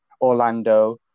Orlando